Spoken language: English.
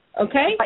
Okay